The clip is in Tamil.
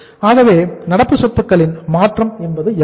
ஆகவே நடப்பு சொத்துக்களின் மாற்றம் என்பது எவ்வளவு